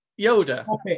Yoda